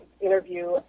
interview